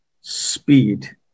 speed